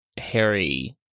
harry